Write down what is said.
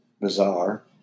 bizarre